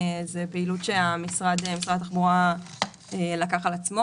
זו פעילות שמשרד התחבורה לקח על עצמו